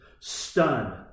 Stunned